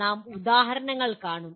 നാം ഉദാഹരണങ്ങൾ കാണും